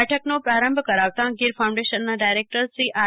બેઠકનો પ્રારંભ કરાવતાં ગીર ફાઉન્ડેશનના ડાયરેકટરશ્રી આર